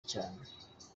cyane